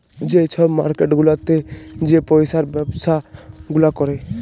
যে ছব মার্কেট গুলাতে যে পইসার ব্যবছা গুলা ক্যরে